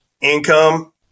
income